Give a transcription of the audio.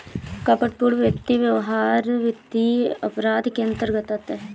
कपटपूर्ण वित्तीय व्यवहार वित्तीय अपराध के अंतर्गत आता है